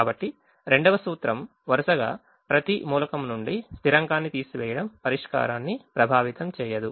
కాబట్టి రెండవ సూత్రం వరుసగా ప్రతి మూలకం నుండి స్థిరాంకాన్ని తీసివేయడం పరిష్కారాన్ని ప్రభావితం చేయదు